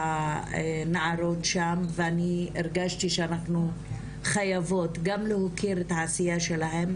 הנערות שם ואני הרגשתי שאנחנו חייבות גם להוקיר את העשייה שלהן,